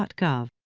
but gov